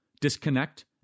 disconnect